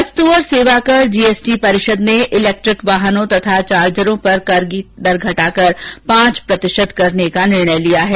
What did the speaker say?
वस्तु और सेवाकर जीएसटी परिषद ने इलेक्ट्रिक वाहनों तथा चार्जरों पर कर की दर घटाकर पांच प्रतिशत करने का निर्णय लिया है